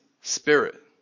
spirit